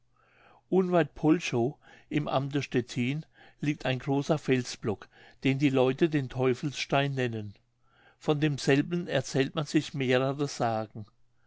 unweit polchow im amte stettin liegt ein großer felsblock den die leute den teufelsstein nennen von demselben erzählt man sich mehrere sagen